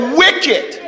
wicked